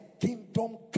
kingdom